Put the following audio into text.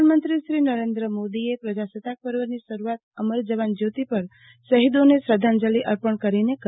પ્રધાનમંત્રી નરેન્દ્ર મોદીએ પ્રજાસત્તાક પર્વની શરૂઆત અમર જવાન જ્યોતિ પર શહિદોને શ્રદ્વાંજલિ અર્પણ કરીને કરી